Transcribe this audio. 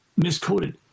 miscoded